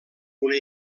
una